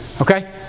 okay